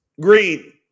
Green